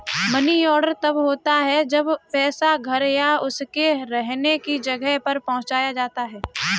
money order तब होता है जब पैसा घर या उसके रहने की जगह पर पहुंचाया जाता है